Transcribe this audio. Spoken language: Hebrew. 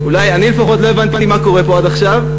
אולי, אני לפחות לא הבנתי מה קורה פה עד עכשיו,